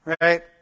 Right